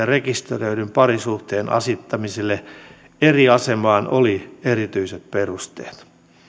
rekisteröidyn parisuhteen asettamiselle eri asemaan oli erityiset perusteet